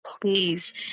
please